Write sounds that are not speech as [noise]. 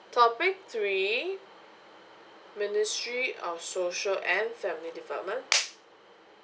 topic three ministry of social and family development [noise]